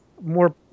more